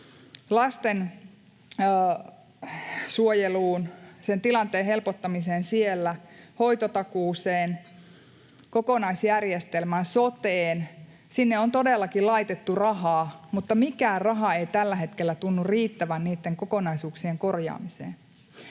lastensuojeluun, tilanteen helpottamiseen siellä, hoitotakuuseen, kokonaisjärjestelmään, soteen. Sinne on todellakin laitettu rahaa, mutta mikään raha ei tällä hetkellä tunnu riittävän niitten kokonaisuuksien korjaamiseen.